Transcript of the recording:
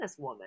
businesswoman